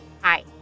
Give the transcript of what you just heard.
Hi